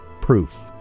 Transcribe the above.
proof